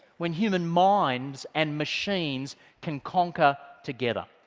when human minds and machines can conquer together.